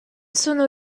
sono